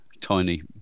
tiny